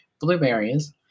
Blueberries